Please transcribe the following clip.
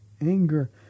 anger